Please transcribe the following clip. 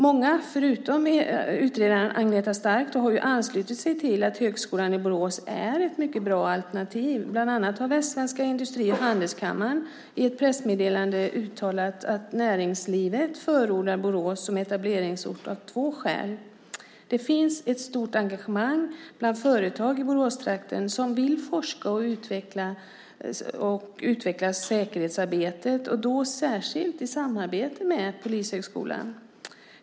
Många förutom utredaren Agneta Stark har anslutit sig till att Högskolan i Borås är ett mycket bra alternativ. Bland annat har Västsvenska Industri och Handelskammaren i ett pressmeddelande uttalat att näringslivet förordar Borås som etableringsort av två skäl. Det finns ett stort engagemang bland företag i Boråstrakten som vill forska och utveckla säkerhetsarbetet, då särskilt i samarbete med polishögskolan.